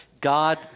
God